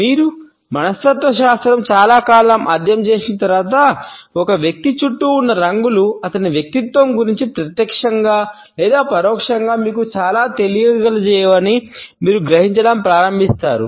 మీరు మనస్తత్వా శాస్త్రం చాలా కాలం అధ్యయనం చేసిన తర్వాత ఒక వ్యక్తి చుట్టూ ఉన్న రంగులు అతని వ్యక్తిత్వం గురించి ప్రత్యక్షంగా లేదా పరోక్షంగా మీకు చాలా తెలియజేయగలవని మీరు గ్రహించడం ప్రారంభిస్తారు